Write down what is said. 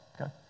okay